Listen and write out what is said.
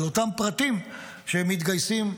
על אותם פרטים שמתגייסים למאמץ.